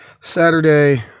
Saturday